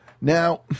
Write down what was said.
Now